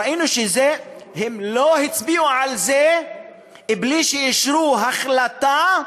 ראינו שהם לא הצביעו על זה בלי שאישרו החלטה,